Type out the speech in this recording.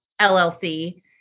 LLC